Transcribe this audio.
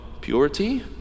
purity